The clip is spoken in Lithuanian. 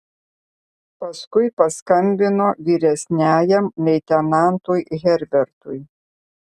paskui paskambino vyresniajam leitenantui herbertui